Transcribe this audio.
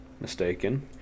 mistaken